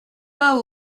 pas